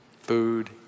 Food